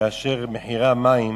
כאשר מחירי המים